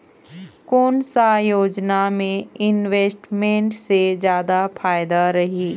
कोन सा योजना मे इन्वेस्टमेंट से जादा फायदा रही?